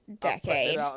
decade